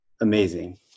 amazing